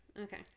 okay